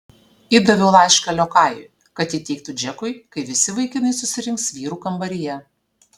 įdaviau laišką liokajui kad įteiktų džekui kai visi vaikinai susirinks vyrų kambaryje